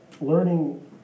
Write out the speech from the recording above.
Learning